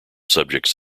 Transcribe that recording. subjects